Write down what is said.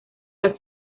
han